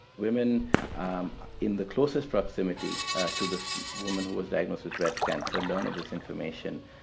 women um in the closest proximity to the woman who was diagnosed with breast cancer learn of this information,